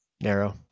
narrow